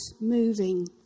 moving